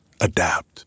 adapt